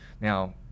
Now